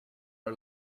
our